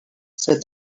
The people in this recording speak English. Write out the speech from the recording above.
said